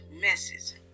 messes